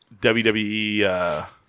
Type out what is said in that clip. WWE